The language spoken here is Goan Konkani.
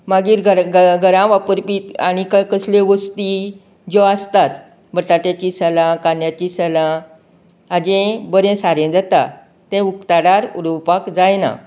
मागीर घरा घरा वापरपी आनी कस कसल्यो वस्ती जी ज्यो आसतात बट्याट्याची सलां कांद्याची सलां हाजें बरें सारें जाता तें उक्ताडार उडोवपाक जायना